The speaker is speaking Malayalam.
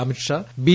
അമിത്ഷാ ബി